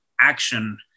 action